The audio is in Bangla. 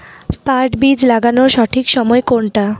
পাট বীজ লাগানোর সঠিক সময় কোনটা?